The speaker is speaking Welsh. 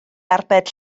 arbed